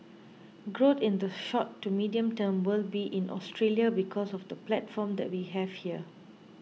growth in the short to medium term will be in Australia because of the platform that we have here